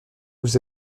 vous